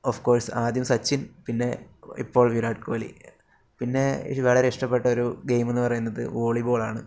of course ആദ്യം സച്ചിൻ പിന്നെ ഇപ്പോൾ വിരാട് കോലി പിന്നെ എനിക്ക് വളരെ ഇഷ്ടപ്പെട്ടൊരു ഗെയിമെന്ന് പറയുന്നത് വോളിബോളാണ്